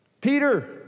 Peter